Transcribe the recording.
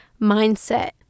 mindset